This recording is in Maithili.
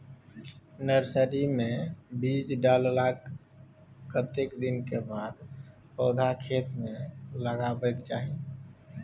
नर्सरी मे बीज डाललाक कतेक दिन के बाद पौधा खेत मे लगाबैक चाही?